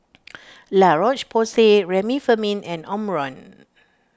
La Roche Porsay Remifemin and Omron